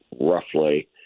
roughly